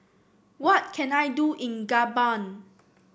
what can I do in Gabon